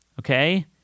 Okay